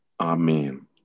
Amen